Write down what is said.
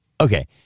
Okay